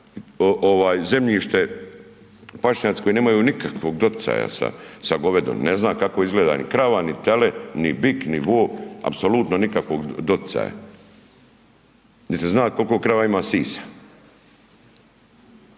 zemljište pašnjaci koji nemaju nikakvog doticaja sa govedom, ne zna ni kako izgleda ni krava ni tele ni bik ni vol, apsolutno nikakvog doticaja. Niti zna koliko krava ima sisa.